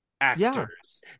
actors